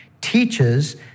teaches